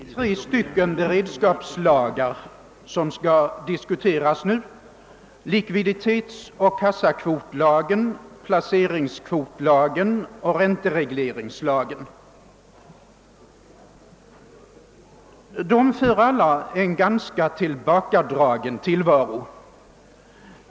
Herr talman! Tre beredskapslagar skall diskuteras nu: likviditetsoch kassakvotslagen, placeringskvotslagen och ränteregleringslagen. De för alla en ganska tillbakadragen tillvaro.